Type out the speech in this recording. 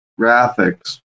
graphics